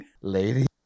Lady